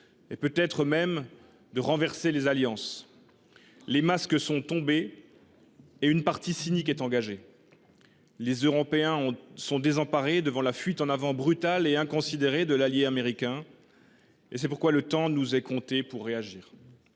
et peut être renverser les alliances. Les masques sont tombés et une partie cynique est engagée. Les Européens sont désemparés devant la fuite en avant brutale et inconsidérée de l’allié américain. C’est pourquoi le temps nous est compté pour réagir.